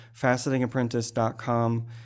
facetingapprentice.com